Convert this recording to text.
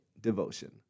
Devotion